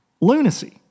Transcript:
Lunacy